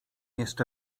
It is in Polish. jeszcze